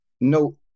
no